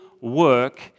work